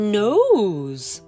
nose